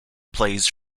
plays